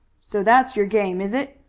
so that's your game, is it?